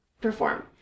perform